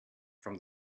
from